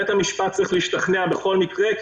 בית המשפט צריך להשתכנע בכל מקרה כי